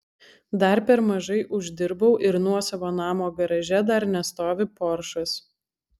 dar per mažai uždirbau ir nuosavo namo garaže dar nestovi poršas